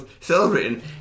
celebrating